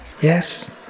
Yes